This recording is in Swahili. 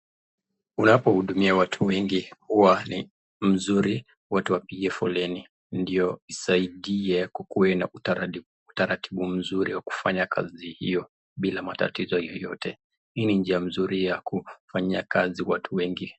Unapohudumia watu wengi, huwa ni mzuri watu wapige foleni ndio isaidie kukuwe na utaratibu mzuri wa kufanya kazi hiyo bila matatizo yoyote. Hii ni njia mzuri ya kufanyia kazi watu wengi.